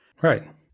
right